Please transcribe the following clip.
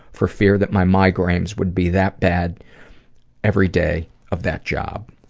for fear that my migraines would be that bad every day of that job.